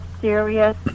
serious